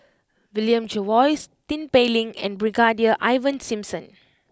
William Jervois Tin Pei Ling and Brigadier Ivan Simson